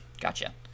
Gotcha